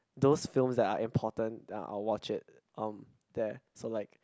those films that are important uh I will watch it um there so like